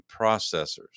processors